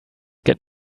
get